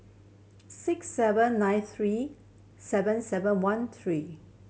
six seven nine three seven seven one three